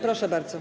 Proszę bardzo.